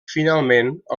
finalment